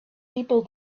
people